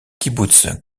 kibboutz